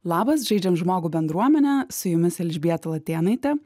labas žaidžiam žmogų bendruomene su jumis elžbieta latėnaitė